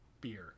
Beer